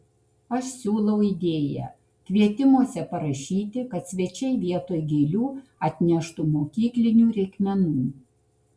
aš siūlau idėją kvietimuose parašyti kad svečiai vietoj gėlių atneštų mokyklinių reikmenų